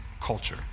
culture